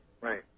Right